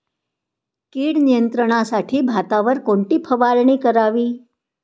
कीड नियंत्रणासाठी भातावर कोणती फवारणी करावी?